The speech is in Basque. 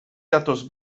datoz